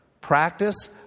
practice